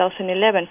2011